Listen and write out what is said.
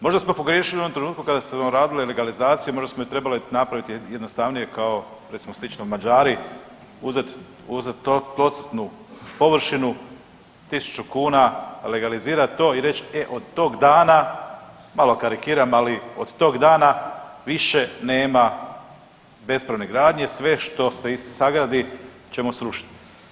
Možda smo pogriješili u onom trenutku kada smo radili legalizaciju, možda smo ju trebali napraviti jednostavnije kao recimo slično Mađari, uzeti, uzet tlocrtnu površinu, 1.000 kuna legalizirat to i reći e od tog dana, malo karikiram ali, od tog dana više nema bespravne gradnje sve što se i sagradi ćemo srušit.